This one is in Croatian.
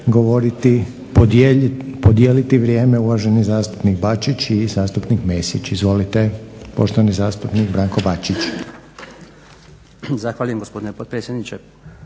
govoriti, podijeliti vrijeme uvaženi zastupnik Bačić i zastupnik Mesić. Izvolite poštovani zastupnik Branko Bačić. **Bačić, Branko